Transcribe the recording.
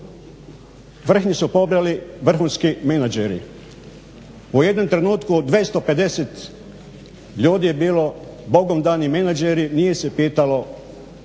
vrhnje su pobrali vrhunski menadžeri. U jednom trenutku 250 ljudi je bilo bogom dani menadžeri, nije se pitalo